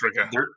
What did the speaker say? Africa